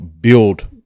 build